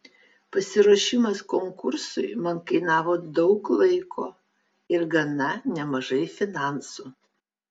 pasiruošimas konkursui man kainavo daug laiko ir gana nemažai finansų